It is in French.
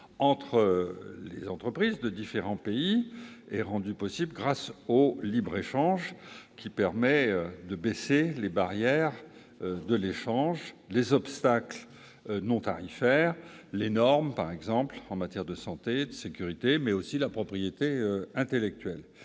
entre les entreprises de différents pays est rendue possible grâce au libre-échange, qui permet de baisser les barrières de l'échange, les obstacles non tarifaires, les normes, par exemple en matière de santé, de sécurité, mais aussi la propriété intellectuelle.